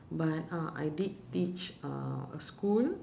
but uh I did teach uh a school